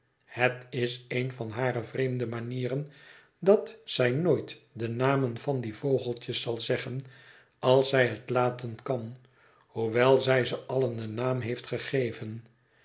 het is een van hare vreemde manieren dat zij nooit de namen van die vogeltjes zal zeggen als zij het laten kan hoewel zij ze allen een naam heeft gegeven